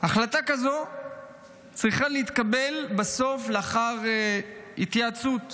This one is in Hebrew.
החלטה כזאת בסוף צריכה להתקבל לאחר התייעצות